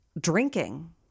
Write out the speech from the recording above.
drinking